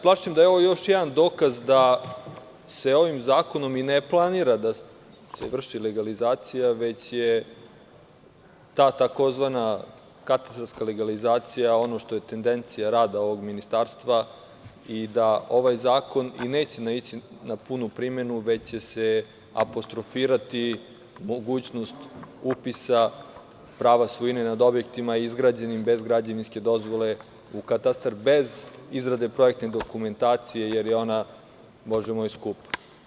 Plašim se da je ovo još jedan dokaz da se ovim zakonom i ne planira da se vrši legalizacija, već je ta tzv. katastarska legalizacija ono što je tendencija rada ovog ministarstva i da ovaj zakon i neće naići na punu primenu, već će se apostrofirati mogućnost upisa prava svojine nad objektima izgrađenim bez građevinske dozvole u katastar, bez izrade projektne dokumentacije, jer je ona, bože moj, skupa.